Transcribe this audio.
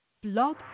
Blog